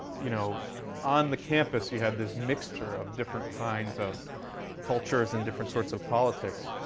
you know on the campus you have this mixture of different kinds of cultures and different sorts of politics,